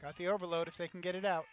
the overload if they can get it out